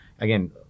again